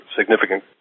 significant